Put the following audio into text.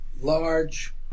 large